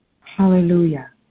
Hallelujah